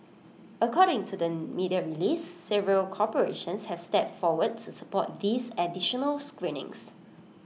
according to the media release several corporations have stepped forward to support these additional screenings